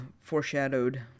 foreshadowed